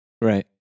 Right